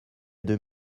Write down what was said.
deux